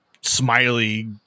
smiley